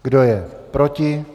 Kdo je proti?